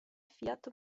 fiat